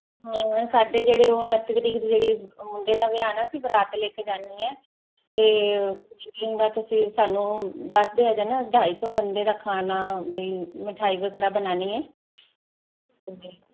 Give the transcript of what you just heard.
ਹਾਂ ਸਾਡੇ ਜਿਹੜੇ ਉਹ ਉਣੱਤੀ ਤਰੀਕ ਦੀ ਜਿਹੜੀ ਮੁੰਡੇ ਦਾ ਵਿਆਹ ਨਾ ਅਸੀਂ ਬਰਾਤ ਲੈ ਕੇ ਜਾਂਦੇ ਆ ਤੇ ਪਿੰਡਾਂ ਤੋਂ ਚੀਜ਼ ਸਾਨੂੰ ਦੱਸਦੇ ਆ ਨਾ ਢਾਈ ਸੋ ਬੰਦੇ ਦਾ ਖਾਣਾ ਬਈ ਮਿਠਾਈ ਵਗੈਰਾ ਬਣਾਣੀ ਐ ਤੇ